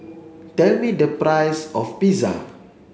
tell me the price of Pizza